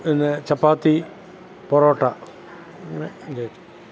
പിന്നെ ചപ്പാത്തി പൊറോട്ട അങ്ങനെ അഞ്ച് ഐറ്റം